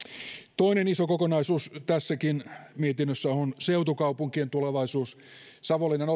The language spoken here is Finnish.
toinen iso kokonaisuus tässäkin mietinnössä on seutukaupunkien tulevaisuus savonlinnan